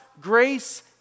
grace